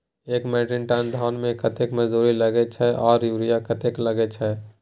एक metric ton धान में कतेक मजदूरी लागे छै आर यूरिया कतेक लागे छै?